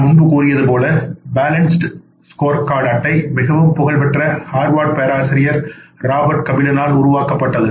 நான்முன்புகூறியது போல் balanced scorecard அட்டைமிகவும் புகழ்பெற்ற ஹார்வர்ட் பேராசிரியர்ராபர்ட் கபிலனால் உருவாக்கப்பட்டது